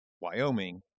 Wyoming